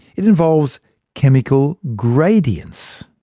it involves chemical gradients.